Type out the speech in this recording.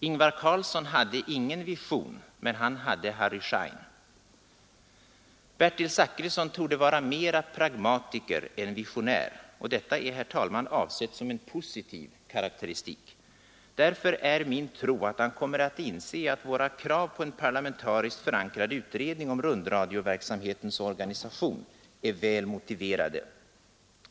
Ingvar Carlsson hade ingen vision — men han hade Harry Schein. Bertil Zachrisson torde vara mera pragmatiker än visionär. Detta är, herr talman, avsett som en positiv karakteristik. Därför är min tro att han kommer att inse att våra krav på en parlamentariskt förankrad utredning om rundradioverksamhetens organisation är väl motiverade.